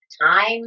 time